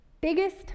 biggest